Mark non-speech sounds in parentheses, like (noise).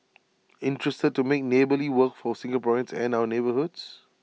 (noise) interested to make neighbourly work for Singaporeans and our neighbourhoods